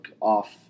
off